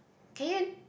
can you